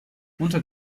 unter